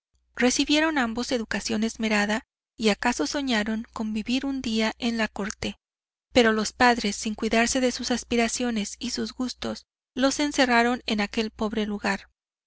recibieron ambos educación esmerada y acaso soñaron con vivir un día en la corte pero los padres sin cuidarse de sus aspiraciones y sus gustos los encerraron en aquel pobre lugar